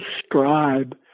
describe